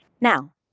Now